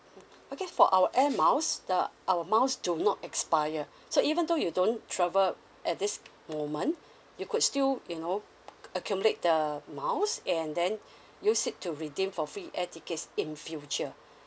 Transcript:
okay for our air miles the our miles do not expire so even though you don't travel at this moment you could still you know accumulate the miles and then you'll seek to redeem for free air tickets in future